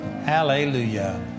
Hallelujah